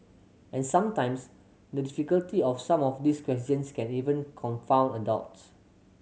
and sometimes the difficulty of some of these questions can even confound adults